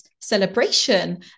celebration